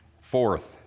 Fourth